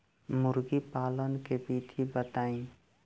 मुर्गीपालन के विधी बताई?